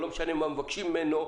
מה מבקשים ממנו,